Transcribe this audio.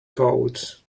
codes